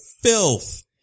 filth